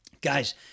guys